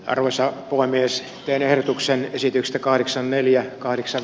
arvoisa puhemies ja verotuksen esitystä kahdeksan neljä kahdeksan